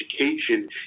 education